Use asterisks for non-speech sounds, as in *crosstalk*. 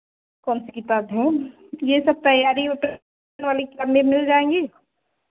कौन सी किताब है यह सब तैयारी *unintelligible* वाली किताबें मिल जाएँगी